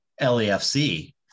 LAFC